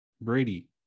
brady